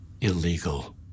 illegal